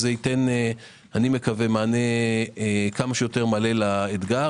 אני מקווה שזה ייתן מענה כמה שיותר מלא לאתגר.